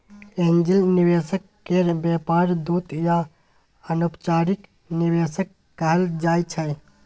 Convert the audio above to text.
angel निवेशक केर व्यापार दूत या अनौपचारिक निवेशक कहल जाइ छै